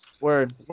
Word